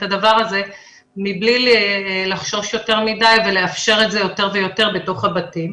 הדבר הזה מבלי לחשוב יותר מדי ולאפשר את זה יותר ויותר בתוך הבתים.